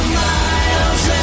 miles